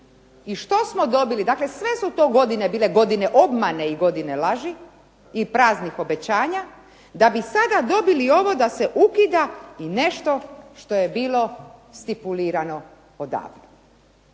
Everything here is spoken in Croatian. I što smo dobili? Dakle, sve su to godine bile godine obmane i godine laži i praznih obećanja da bi sada dobili ovo da se ukida i nešto što je bilo stipulirano odavno.